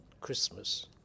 Christmas